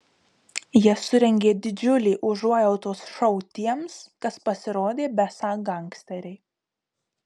jie surengė didžiulį užuojautos šou tiems kas pasirodė besą gangsteriai